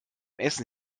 essen